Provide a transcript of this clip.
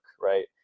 right